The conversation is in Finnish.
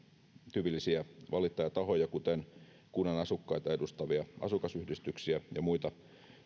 tyypillisiä valittajatahoja kuten kunnan asukkaita edustavia asukasyhdistyksiä ja muita